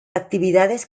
actividades